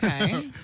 okay